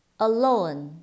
alone